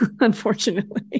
unfortunately